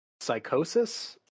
psychosis